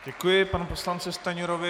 Děkuji panu poslanci Stanjurovi.